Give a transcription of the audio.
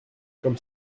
comme